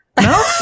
No